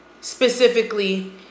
specifically